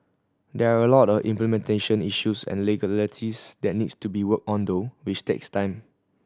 there are a lot of implementation issues and legalities that needs to be worked on though which takes time